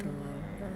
mm